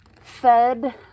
fed